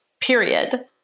period